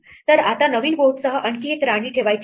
तर आता नवीन बॉर्डसह आणखी एक राणी ठेवायची आहे